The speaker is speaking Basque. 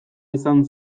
izan